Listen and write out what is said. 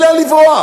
אין לאן לברוח.